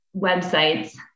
websites